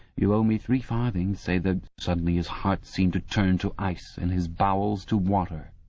you owe me three farthings say the suddenly his heart seemed to turn to ice and his bowels to water.